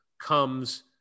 comes